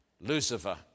Lucifer